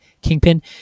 Kingpin